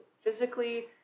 physically